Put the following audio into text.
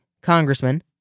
congressman